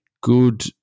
good